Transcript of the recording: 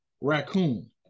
Raccoon